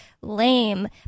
lame